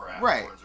right